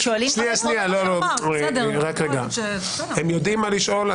הם שואלים --- הם יודעים מה לשאול,